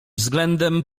względem